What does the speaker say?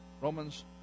Romans